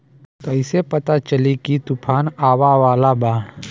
कइसे पता चली की तूफान आवा वाला बा?